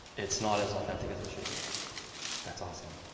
it's not as authentic as it should be that's awesome.